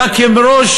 אלא כראש,